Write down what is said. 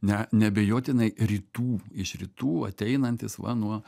ne neabejotinai rytų iš rytų ateinantys va nuo